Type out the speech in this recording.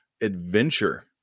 adventure